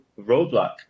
roadblock